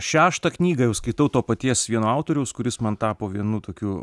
šeštą knygą jau skaitau to paties vieno autoriaus kuris man tapo vienu tokiu